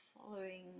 following